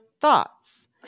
thoughts